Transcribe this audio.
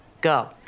Go